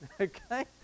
Okay